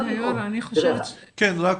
חברת